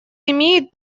имеет